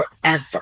forever